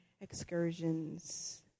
excursions